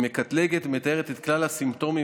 היא מקטלגת ומתארת את כלל הסימפטומים